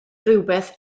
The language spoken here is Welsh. rhywbeth